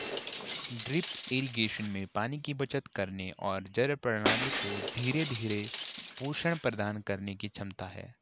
drip irrigation में पानी की बचत करने और जड़ प्रणाली को धीरे धीरे पोषण प्रदान करने की क्षमता है